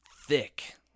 thick